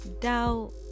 doubt